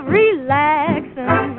relaxing